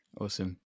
Awesome